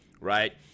right